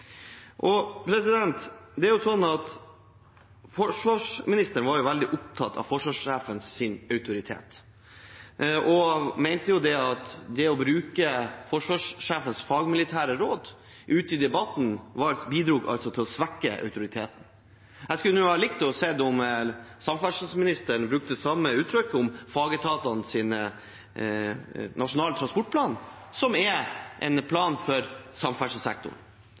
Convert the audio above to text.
Forsvarsministeren var veldig opptatt av forsvarssjefens autoritet og mente at det å bruke forsvarssjefens fagmilitære råd ute i debatten bidro til å svekke autoriteten. Jeg skulle likt å se samferdselsministeren bruke samme uttrykk om fagetatenes nasjonale transportplan, som er en plan for samferdselssektoren.